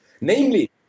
Namely